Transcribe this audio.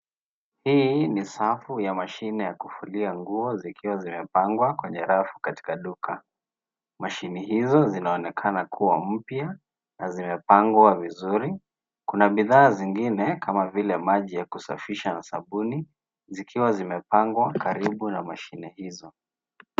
Hii ni safu ya mashine ya kufulia nguo zikiwa zimepangwa kwenye rafu katika duka. Mashine hizo zinaonekana kuwa mpya na zimepangwa vizuri. Kuna bidhaa zingine kama vile maji ya kusafisha na sabuni zikiwa zimepangwa karibu na mashine hizo.